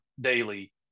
daily